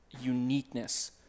uniqueness